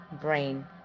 brain